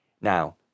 Now